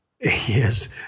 Yes